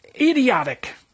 idiotic